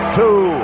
two